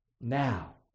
Now